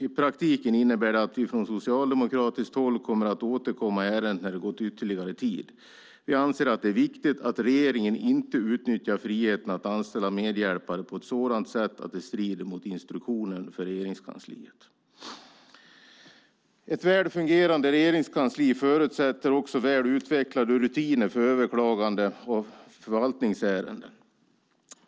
I praktiken innebär det att vi från socialdemokratiskt håll kommer att återkomma i ärendet när det har gått ytterligare tid. Vi anser att det är viktigt att regeringen inte utnyttjar friheten att anställa medhjälpare på ett sådant sätt att det strider mot instruktionen för Regeringskansliet. Ett väl fungerande regeringskansli förutsätter också väl utvecklade rutiner för överklagande av förvaltningsärenden.